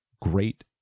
Great